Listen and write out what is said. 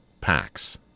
packs